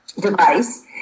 device